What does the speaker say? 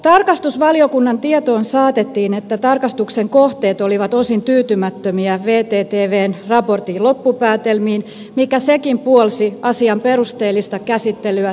tarkastusvaliokunnan tietoon saatettiin että tarkastuksen kohteet olivat osin tyytymättömiä vtvn raportin loppupäätelmiin mikä sekin puolsi asian perusteellista käsittelyä tarkastusvaliokunnassa